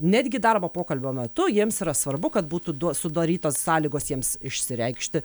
netgi darbo pokalbio metu jiems yra svarbu kad būtų duos sudorytos sąlygos jiems išsireikšti